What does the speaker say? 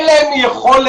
אין להם יכולת,